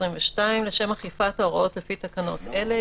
22. לשם אכיפת ההוראות לפי תקנות אלה,